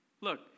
look